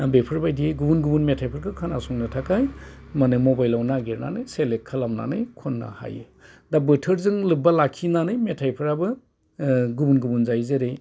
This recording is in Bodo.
बेफोरबायदि गुबुन गुबुन मेथाइफोरखौ खोनासंनो थाखाय माने मबाइलआव नागिरनानै सेलेक्ट खालामनानै खननो हायो दा बोथोरजों लोब्बा लाखिनानै मेथाइफोराबो गुबुन गुबुन जायो जेरै